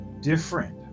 different